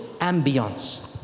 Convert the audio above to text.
ambience